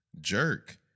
jerk